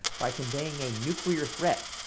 by conveying a nuclear threat